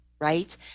right